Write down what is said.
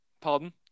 Pardon